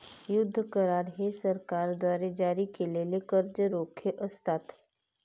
युद्ध करार हे सरकारद्वारे जारी केलेले कर्ज रोखे असतात